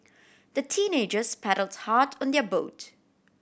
the teenagers paddled hard on their boat